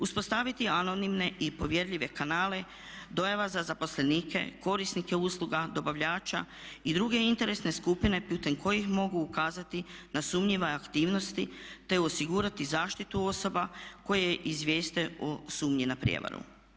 Uspostaviti anonimne i povjerljive kanale dojava za zaposlenike korisnike usluga, dobavljača i druge interesne skupine putem kojih mogu ukazati na sumnjive aktivnosti te osigurati zaštitu osoba koje izvijeste o sumnji na prijevaru.